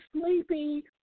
sleepy